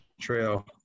trail